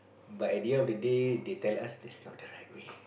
but at the end of the day they tell us that's not the right way